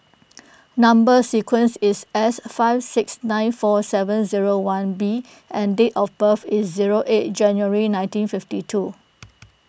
Number Sequence is S five six nine four seven zero one B and date of birth is zero eight January nineteen fifty two